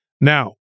Now